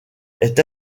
est